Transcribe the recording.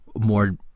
more